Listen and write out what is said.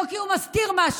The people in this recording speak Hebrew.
לא כי הוא מסתיר משהו,